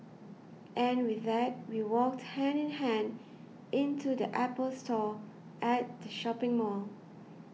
and with that we walked hand in hand into the Apple Store at the shopping mall